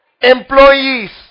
Employees